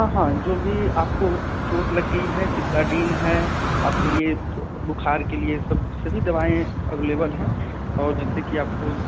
हाँ हाँ जो भी आपको चोंट लग गई है सिट्राजिन है आपके लिए बुख़ार के लिए सभी दवाएँ अवेलेबल हैं और जैसे कि आपको